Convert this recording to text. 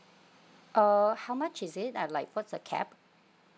err how much is it ah like what's the cap